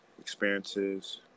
experiences